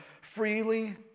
Freely